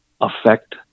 affect